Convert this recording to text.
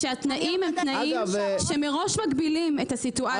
איך אפשר לגייס נהגות כאשר התנאים מראש מגבילים את הסיטואציה?